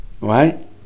right